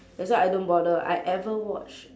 that's why I don't bother I ever watch